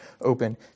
open